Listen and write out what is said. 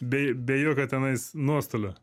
bei be jokio tenais nuostolio